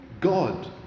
God